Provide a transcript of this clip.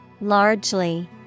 Largely